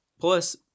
Plus